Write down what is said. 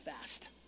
fast